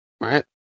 right